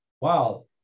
wow